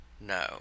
No